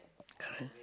correct